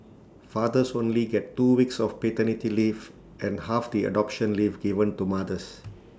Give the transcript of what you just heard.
fathers only get two weeks of paternity leave and half the adoption leave given to mothers